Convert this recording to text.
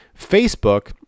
facebook